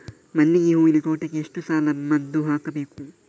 ಮಲ್ಲಿಗೆ ಹೂವಿನ ತೋಟಕ್ಕೆ ಎಷ್ಟು ಸಲ ಮದ್ದು ಹಾಕಬೇಕು?